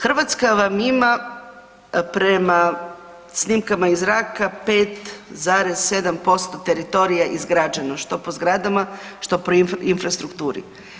Hrvatska vam ima prema snimkama iz zraka 5,7% teritorija izgrađeno, što po zgradama, što po infrastrukturi.